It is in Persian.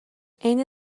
عین